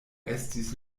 estis